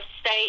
state